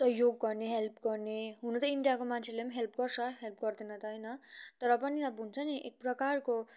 सहयोग गर्ने हेल्प गर्ने हुनु त इन्डियाको मान्छेले पनि हेल्प गर्छ हेल्प गर्दैन त होइन तर पनि अब हुन्छ नि एकप्रकारको